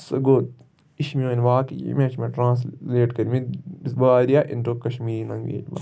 سُہ گوٚو یہِ چھِ میٛٲنۍ واقعہٕ ییٚمہِ آیہِ چھِ مےٚ ٹرٛانسلیٹ کٔرۍ مٕتۍ واریاہ اِنڈو کشمیٖری لنٛگویج منٛز